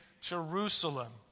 Jerusalem